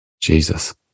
Jesus